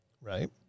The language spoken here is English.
right